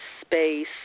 space